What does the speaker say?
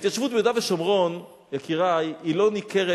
ההתיישבות ביהודה ושומרון, יקירי, היא לא ניכרת.